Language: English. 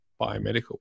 biomedical